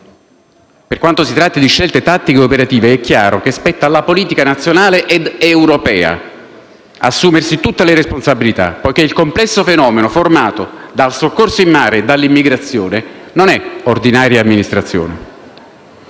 Per quanto si tratti di scelte tattiche e operative, è chiaro che spetta alla politica nazionale ed europea assumersi tutte le responsabilità, poiché il complesso fenomeno formato dal soccorso in mare e dall'immigrazione non è ordinaria amministrazione.